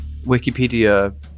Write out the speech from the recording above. Wikipedia